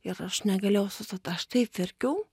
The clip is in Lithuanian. ir aš negalėjau sustot aš taip verkiau